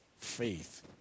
faith